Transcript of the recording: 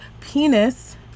penis